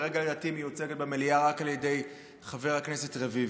שכרגע לדעתי מיוצגת במליאה רק על ידי חבר הכנסת רביבו: